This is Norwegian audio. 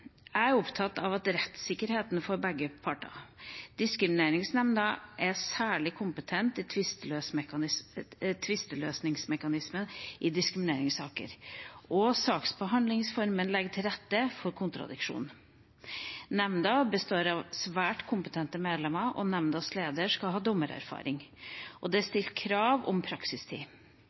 Jeg er opptatt av rettssikkerheten for begge partene. Diskrimineringsnemnda er en særlig kompetent tvisteløsningsmekanisme i diskrimineringssaker. Saksbehandlingsformen legger til rette for kontradiksjon. Nemnda består av svært kompetente medlemmer. Nemndas leder skal ha dommererfaring, og det er stilt krav om praksistid.